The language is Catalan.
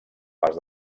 pas